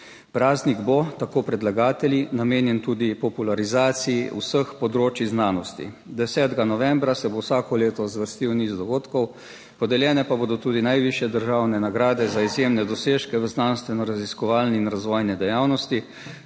Praznik bo, tako predlagatelji, namenjen tudi popularizaciji vseh področij znanosti. 10. novembra se bo vsako leto zvrstil niz dogodkov, podeljene pa bodo tudi najvišje državne nagrade za izjemne dosežke v znanstvenoraziskovalni in razvojni dejavnosti,